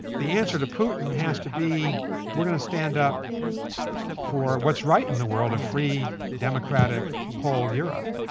the answer to putin has to be we're going to stand up for what's right in the world, a free democratic whole europe,